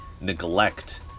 neglect